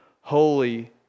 holy